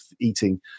eating